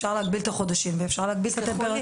אפשר להגביל את החודשים ואפשר להגביל את הטמפרטורה.